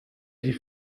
die